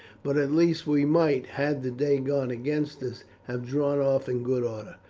but at least we might, had the day gone against us, have drawn off in good order.